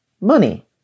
money